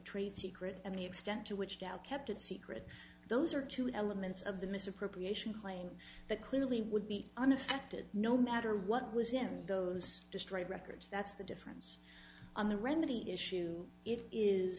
trade secret and the extent to which doubt kept it secret those are two elements of the misappropriation claim that clearly would be unaffected no matter what was in those destroyed records that's the difference on the remedy issue it is